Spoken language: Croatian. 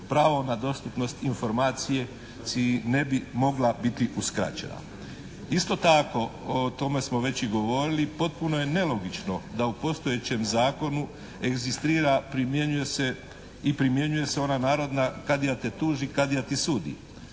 pravo na dostupnost informaciji ne bi mogla biti uskraćena. Isto tako o tome smo već i govorili potpuno je nelogično da u postojećem zakonu egzistira, i primjenjuje se ona narodna kadija te tuži, kadija ti sudi.